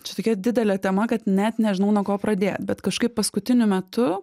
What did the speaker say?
čia tokia didelė tema kad net nežinau nuo ko pradėt bet kažkaip paskutiniu metu